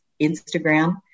Instagram